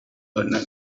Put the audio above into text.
vernon